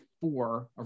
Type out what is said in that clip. four